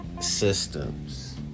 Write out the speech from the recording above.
systems